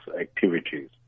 activities